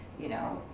you know,